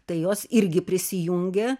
tai jos irgi prisijungė